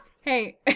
Hey